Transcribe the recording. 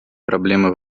проблемы